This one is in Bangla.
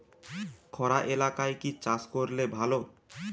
খরা এলাকায় কি চাষ করলে ভালো?